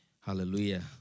Hallelujah